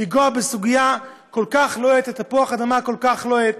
לנגוע בסוגיה כל כך לוהטת, תפוח אדמה כל כך לוהט,